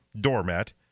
doormat